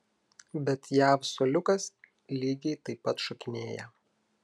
bet jav suoliukas lygiai taip pat šokinėja